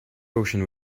ocean